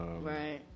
Right